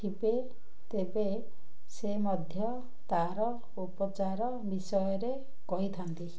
ଥିବେ ତେବେ ସେ ମଧ୍ୟ ତା'ର ଉପଚାର ବିଷୟରେ କହିଥାନ୍ତି